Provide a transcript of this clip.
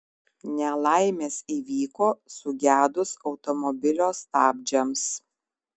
nelaimės įvyko sugedus automobilio stabdžiams